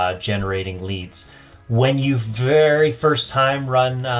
ah generating leads when you very first time run, ah,